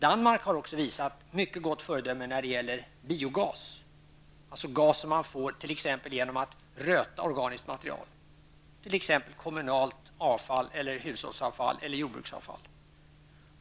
Danmark har också visat mycket gott föredöme när det gäller biogas, alltså gas som man får genom att röta organiskt material, t.ex. kommunalt avfall, hushållsavfall eller jordbruksavfall.